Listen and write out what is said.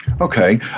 okay